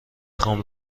خوام